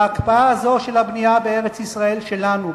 וההקפאה הזאת של הבנייה בארץ-ישראל שלנו,